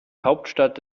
hauptstadt